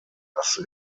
das